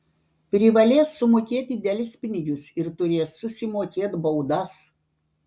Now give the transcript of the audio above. privalės sumokėti delspinigius ir turės susimokėt baudas